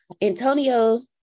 Antonio